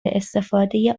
استفاده